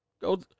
go